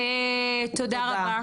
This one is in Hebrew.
תודה רבה.